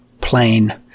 plain